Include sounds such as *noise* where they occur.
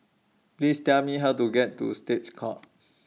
Please Tell Me How to get to States Courts *noise*